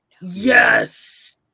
yes